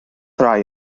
rhai